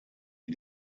die